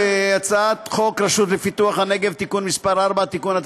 הצעת חוק הרשות לפיתוח הנגב (תיקון מס' 4) (תיקון),